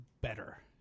better